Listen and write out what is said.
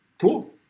Cool